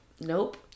Nope